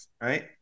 Right